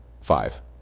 Five